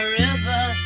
river